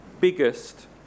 biggest